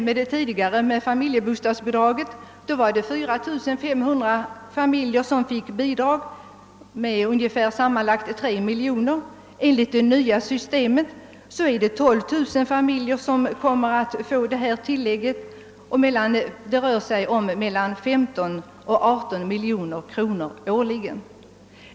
Med det tidigare familjebostadsbidraget fick 4500 familjer bidrag om sammanlagt ungefär 3 miljoner kronor, men enligt det nya systemet kommer 12 000 familjer att få detta tillägg, vilket betyder mellan 15 och 18 miljoner kronor årligen.